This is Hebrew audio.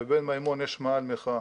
בבן מימון יש מאהל מחאה,